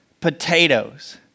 potatoes